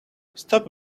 stop